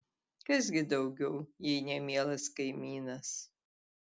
kas gi daugiau jei ne mielas kaimynas